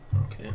Okay